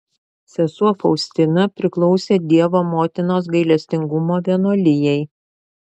sesuo faustina priklausė dievo motinos gailestingumo vienuolijai